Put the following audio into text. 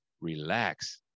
relax